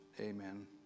Amen